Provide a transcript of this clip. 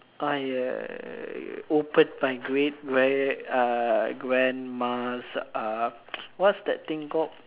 uh ya opened my great uh grandma's uh what's that thing called